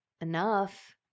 enough